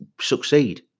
succeed